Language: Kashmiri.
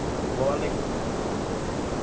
وعلیکُم اسلام